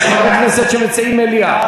יש חברי כנסת שמציעים מליאה.